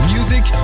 Music